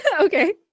Okay